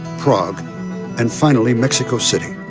prague and finally mexico city.